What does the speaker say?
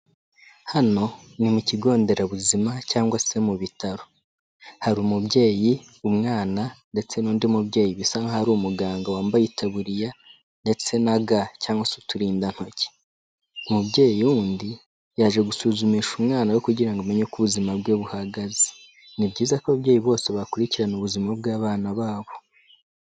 Hano ni mu kigo nderabuzima cyangwa se mu bitaro, hari umubyeyi, umwana ndetse n'undi mubyeyi bisa nkaho ari umuganga wambaye itaburiya ndetse na ga cyangwa se uturindantoki, umubyeyi wundi yaje gusuzumisha umwana we kugira ngo amenye uko ubuzima bwe buhagaze, ni byiza ko ababyeyi bose bakurikirana ubuzima bw'abana babo.